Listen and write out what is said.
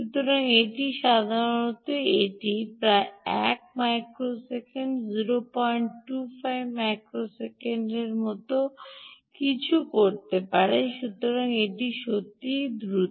সুতরাং এটি সাধারণত প্রায় এক মাইক্রোসেকেন্ডে 025 মাইক্রোসেকেন্ডের মতো কিছু করতে পারে সুতরাং এটি সত্যিই দ্রুত